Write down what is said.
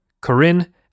Corinne